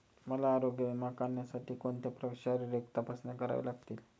मला आरोग्य विमा काढण्यासाठी कोणत्या शारीरिक तपासण्या कराव्या लागतील?